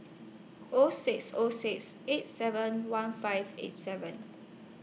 O six O six eight seven one five eight seven